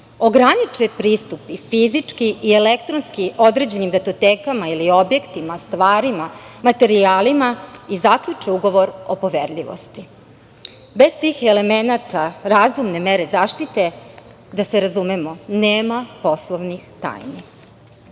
ograniče pristup i fizički i elektronski određenim datotekama ili objektima, stvarima, materijalima i zaključe ugovor o poverljivosti. Bez tih elemenata, razumne mere zaštite, da se razumemo, nema poslovne